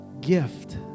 gift